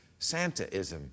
Santaism